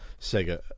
Sega